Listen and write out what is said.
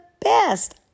best